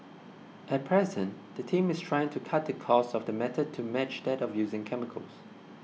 at present the team is trying to cut the cost of the method to match that of using chemicals